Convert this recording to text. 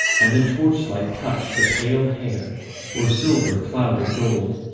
and the torchlight touched the pale hair where silver clouded gold,